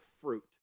fruit